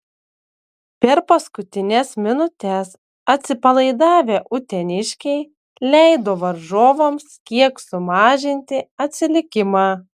per paskutines minutes atsipalaidavę uteniškiai leido varžovams kiek sumažinti atsilikimą